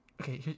Okay